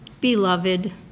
Beloved